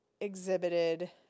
exhibited